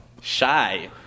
shy